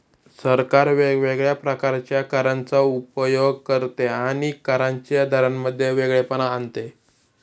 सरकार वेगवेगळ्या प्रकारच्या करांचा उपयोग करते आणि करांच्या दरांमध्ये वेगळेपणा आणते